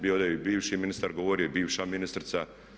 Bio je ovdje i bivši ministar govorio i bivša ministrica.